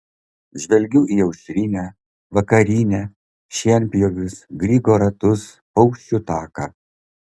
žvelgiu į aušrinę vakarinę šienpjovius grigo ratus paukščių taką